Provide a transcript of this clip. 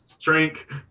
Drink